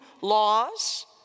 laws